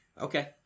Okay